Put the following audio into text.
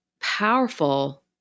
powerful